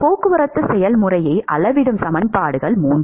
போக்குவரத்து செயல்முறையை அளவிடும் சமன்பாடுகள் மூன்று